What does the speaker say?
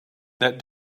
that